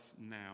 now